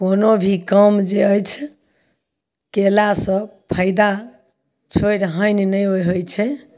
कोनो भी काम जे अछि कयलासँ फायदा छोड़ि हानि नहि होइ छै